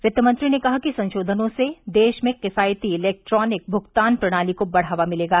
वित्तमंत्री ने कहा कि संशोधनों से देश में किफायती इलेक्ट्रॉनिक भुगतान प्रणाली को बढ़ावा मिलेगा